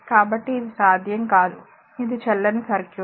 కాబట్టి ఇది సాధ్యం కాదు ఇది చెల్లని సర్క్యూట్